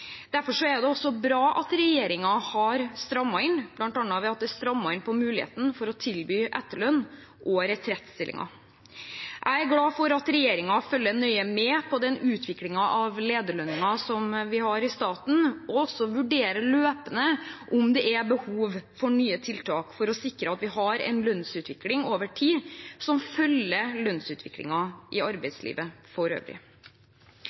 Derfor er det også bra at regjeringen har strammet inn, bl.a. ved at det er strammet inn på muligheten for å tilby etterlønn og retrettstillinger. Jeg er glad for at regjeringen følger nøye med på den utviklingen av lederlønninger som vi har i staten, og også løpende vurderer om det er behov for nye tiltak for å sikre at vi har en lønnsutvikling over tid som følger lønnsutviklingen i arbeidslivet for øvrig.